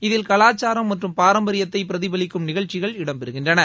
இதில் கலாச்சாரம் மற்றும் பாரம்பரியத்தை பிரதிபலிக்கும் நிகழ்ச்சிகள் இடம்பெறுகின்றன